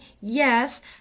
Yes